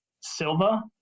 Silva